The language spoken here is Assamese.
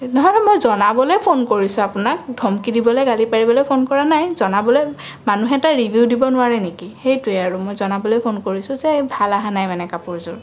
নহয় নহয় মই জনাবলৈ ফোন কৰিছোঁ আপোনাক ধমকি দিবলৈ গালি পাৰিবলৈ ফোন কৰা নাই জনাবলৈ মানুহে এটা ৰিভিউ দিব নোৱাৰে নেকি সেইটোৱে আৰু মই জনাবলৈ ফোন কৰিছোঁ যে ভাল অহা নাই মানে কাপোৰযোৰ